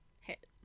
hit